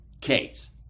case